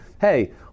hey